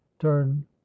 turn